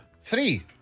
three